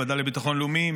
הוועדה לביטחון לאומי,